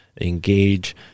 engage